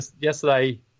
yesterday